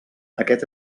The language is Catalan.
aquest